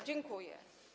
Dziękuję.